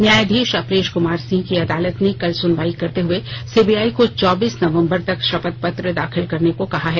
न्यायधीश अपरेश कुमार सिंह की अदालत ने कल सुनवाई करते हुए सीबीआई को चौबीस नवंबर तक शपथ पत्र दाखिल करने को कहा है